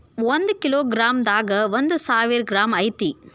ಒಂದ kilogram ದಾಗ ಒಂದ ಸಾವಿರ ಗ್ರಾಂ ಐತಿ